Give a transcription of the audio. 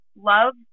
love